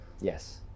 Yes